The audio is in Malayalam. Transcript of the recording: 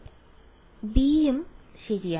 വിദ്യാർത്ഥി b ഉം ശരിയാണ്